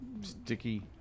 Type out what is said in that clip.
Sticky